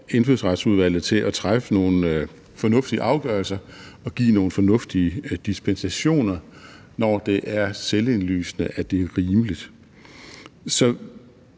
Indfødsretsudvalget til at træffe nogle fornuftige afgørelser og give nogle fornuftige dispensationer, når det er selvindlysende, at det er rimeligt.